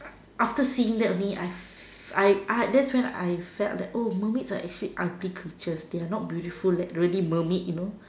after seeing that only I that's when I felt that oh mermaids are actually ugly creatures they are not beautiful like really mermaid you know